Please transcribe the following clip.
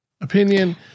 Opinion